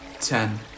ten